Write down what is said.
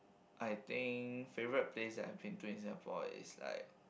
I think favourite place that I've been to in Singapore is like